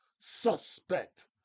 suspect